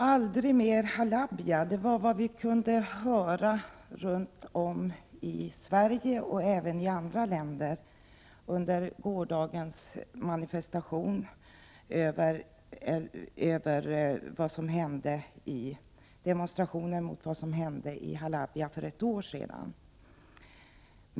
Herr talman! ”Aldrig mera Halabja” kunde vi höra runt om i Sverige och även i andra länder under gårdagens demonstrationer mot vad som hände i Halabja för ett år sedan.